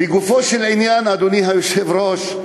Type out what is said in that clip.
לגופו של עניין, אדוני היושב-ראש,